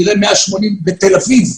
יראה 180 בתל אביב,